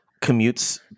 commutes